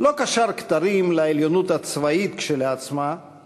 לא קשר כתרים לעליונות הצבאית כשלעצמה,